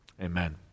Amen